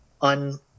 on